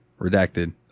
redacted